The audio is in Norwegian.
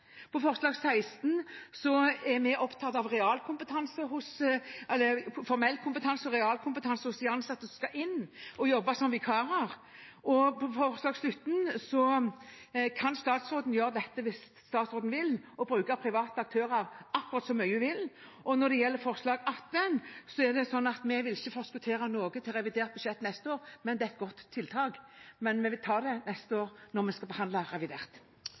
forslag nr. 16, er vi opptatt av formell kompetanse og realkompetanse hos de ansatte som skal jobbe som vikarer. Når det gjelder forslag nr. 17, kan statsråden gjøre dette hvis statsråden vil, og bruke private aktører akkurat så mye hun vil. Og når det gjelder forslag nr. 18, er det sånn at vi ikke vil forskuttere noe til revidert budsjett neste år, men det er et godt tiltak. Vi tar det til neste år når vi skal behandle revidert.